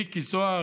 מיקי זוהר,